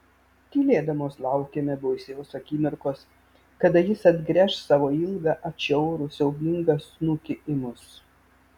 tylėdamos laukėme baisios akimirkos kada jis atgręš savo ilgą atšiaurų siaubingą snukį į mus